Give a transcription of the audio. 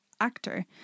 actor